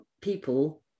people